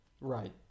Right